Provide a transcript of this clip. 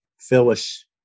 phyllis